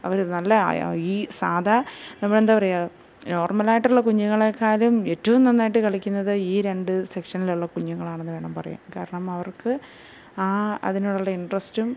അവർ നല്ല ഈ സാധാ നമ്മൾ എന്താ പറയുക നോർമൽ ആയിട്ടുള്ള കുഞ്ഞുങ്ങളെക്കാളും ഏറ്റവും നന്നായിട്ട് കളിക്കുന്നത് ഈ രണ്ട് സെക്ഷന്ലുള്ള കുഞ്ഞുങ്ങളാണെന്ന് വേണം പറയാൻ കാരണം അവർക്ക് ആ അതിനോടുള്ള ഇൻട്രസ്റ്റും